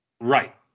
Right